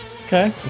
Okay